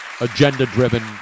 agenda-driven